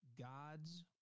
God's